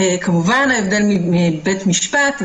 וכמובן ההבדל מבית המשפט.